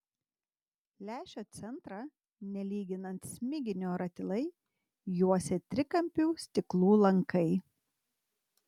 lęšio centrą nelyginant smiginio ratilai juosė trikampių stiklų lankai